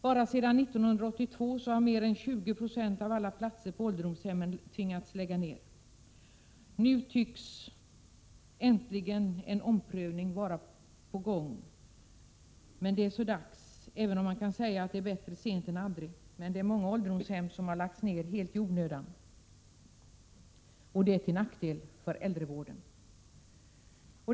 Bara sedan 1982 har man tvingats lägga ned mer än 20 96 av alla platser på ålderdomshemmen. Äntligen tycks en omprövning vara på gång. Men det är så dags, även om man kan säga bättre sent än aldrig. Men många ålderdomshem har redan lagts ned helt i onödan, till nackdel för äldrevården.